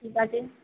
ঠিক আছে